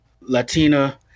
Latina